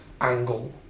angle